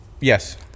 Yes